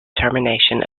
termination